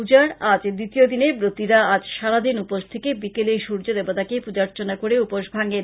পুজার আজ দ্বিতীয় দিনে ভক্তরা আজ সারাদিন উপোস থেকে বিকেলে সূর্যদেবতাকে প্রজার্চনা করে উপোস ভাঙেন